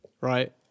right